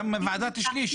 גם ועדת שליש,